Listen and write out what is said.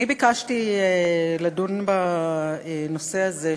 אני ביקשתי לדון בנושא הזה,